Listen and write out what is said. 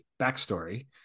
backstory